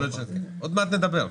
עוד מעט נדבר.